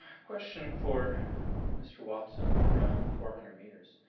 question for mr. watson around four hundred meters.